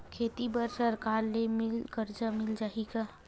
खेती बर सरकार ले मिल कर्जा मिल जाहि का?